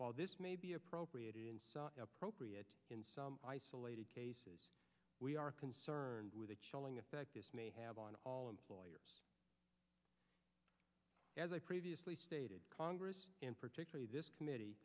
while this may be appropriate appropriate in some isolated cases we are concerned with the chilling effect this may have on all employers as i previously stated congress in particular this committee